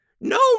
No